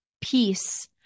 peace